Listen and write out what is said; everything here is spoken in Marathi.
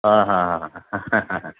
हां हां हां